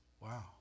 Wow